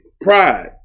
pride